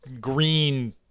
green